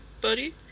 buddy